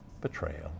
betrayal